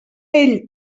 ell